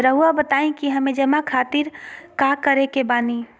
रहुआ बताइं कि हमें जमा खातिर का करे के बानी?